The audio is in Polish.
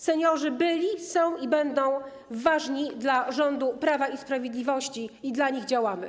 Seniorzy byli, są i będą ważni dla rządu Prawa i Sprawiedliwości i dla nich działamy.